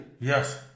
Yes